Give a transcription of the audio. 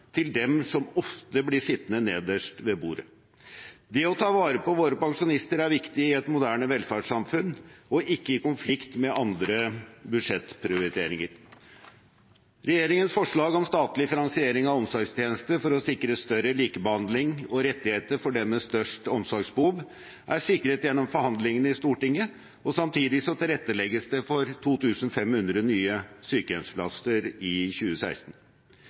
til dem som ofte blir sittende nederst ved bordet. Det å ta vare på våre pensjonister er viktig i et moderne velferdssamfunn og ikke i konflikt med andre budsjettprioriteringer. Regjeringens forslag om statlig finansiering av omsorgstjenester for å sikre større likebehandling og rettigheter for dem med størst omsorgsbehov er sikret gjennom forhandlingene i Stortinget, og samtidig tilrettelegges det for 2 500 nye sykehjemsplasser i 2016.